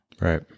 Right